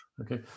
Okay